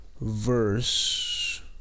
Verse